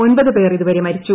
ഒമ്പത് പേർ ഇതുവരെ മരിച്ചു